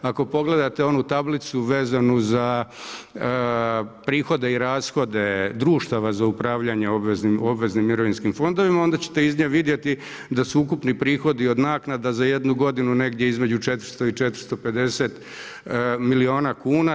Ako pogledate onu tablicu vezanu za prihode i rashode društava za upravljanje obveznim mirovinskim fondovima onda ćete iz nje vidjeti da su ukupni prihodi od naknada za jednu godinu negdje između 400 i 450 milijuna kuna.